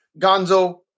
Gonzo